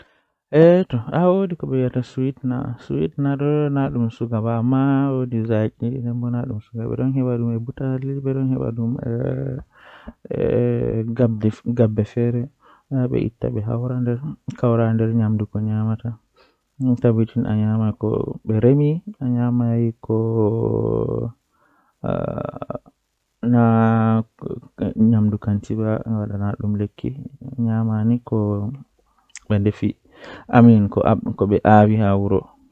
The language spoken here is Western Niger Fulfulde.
No aheftirta zaane ɗon woodi e nder waawde e art, ɓuri ko waɗde no anndon e yaajol. Ko ɗum waawi heɓugol sabu, ngoodi e konngol, e teddungal kaɗi waɗde e kadi yawre. Fii art ko ƴettude, no wondi ɗum tawde, e jeyɗi hay goonga e yimɓe.